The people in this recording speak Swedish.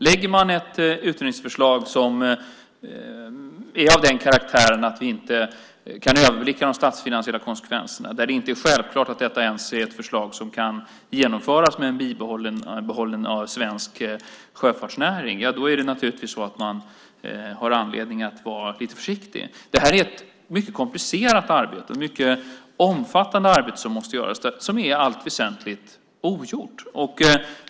Lägger man fram ett utredningsförslag som är av den karaktären att vi inte kan överblicka de statsfinansiella konsekvenserna, och där det inte är självklart att detta ens är ett förslag som kan genomföras med en bibehållen svensk sjöfartsnäring, då har vi naturligtvis anledning att vara lite försiktiga. Det är ett mycket komplicerat och mycket omfattande arbete som måste göras, och det är i allt väsentligt ogjort.